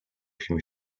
się